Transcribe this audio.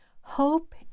Hope